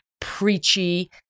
preachy